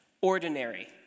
Ordinary